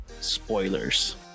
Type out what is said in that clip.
spoilers